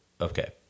Okay